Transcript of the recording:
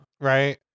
right